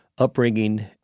Upbringing